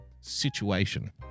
situation